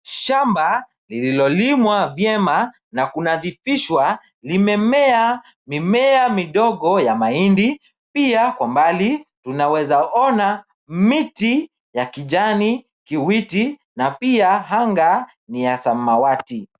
Shamba lililolimwa vyema na kunadhifishwa limemea mimea midogo ya mahindi pia kwa mbali tunaweza ona miti ya kijani, kiwiti na pia anga ni ya samawati.